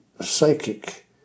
psychic